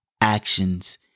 actions